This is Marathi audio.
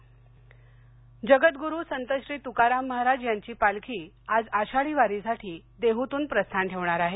देहू पालखी जगदगुरु संत श्री तुकाराम महाराज यांची पालखी आज आषाढी वारीसाठी देहूतून प्रस्थान ठेवणार आहे